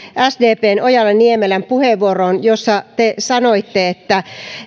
sdpn ojala niemelän puheenvuoroon jossa te sanoitte että